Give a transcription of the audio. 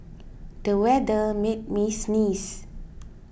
the weather made me sneeze